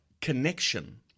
connection